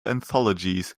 anthologies